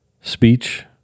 speech